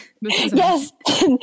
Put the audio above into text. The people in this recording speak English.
Yes